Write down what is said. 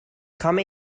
come